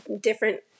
different